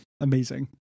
Amazing